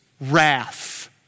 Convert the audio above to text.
wrath